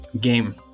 Game